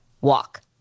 walk